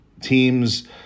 teams